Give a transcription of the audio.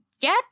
get